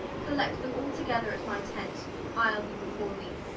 collect them all together at my tent ile be before thee